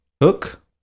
Hook